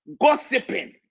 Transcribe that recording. gossiping